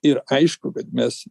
ir aišku kad mes